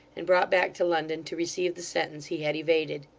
and brought back to london to receive the sentence he had evaded.